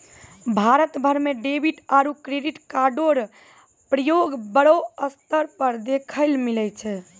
भारत भर म डेबिट आरू क्रेडिट कार्डो र प्रयोग बड़ो स्तर पर देखय ल मिलै छै